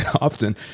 often